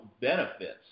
benefits